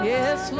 Yes